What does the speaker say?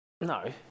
No